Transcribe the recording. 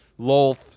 Lolth